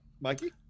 mikey